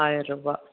ஆயரரூபா